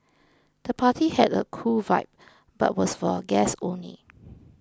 the party had a cool vibe but was for guests only